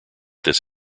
this